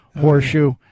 Horseshoe